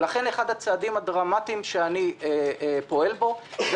לכן אחד הצעדים הדרמטיים שאני פועל בו זה